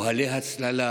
אוהלי הצללה,